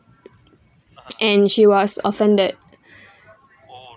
and she was offended